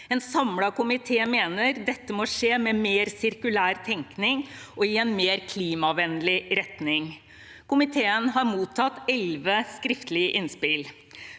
En samlet komité mener dette må skje med mer sirkulær tenkning og i en mer klimavennlig retning. Komiteen har mottatt elleve skriftlige innspill.